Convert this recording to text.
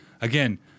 Again